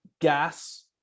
gas